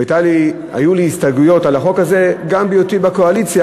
והיו לי הסתייגויות לחוק הזה גם בהיותי בקואליציה,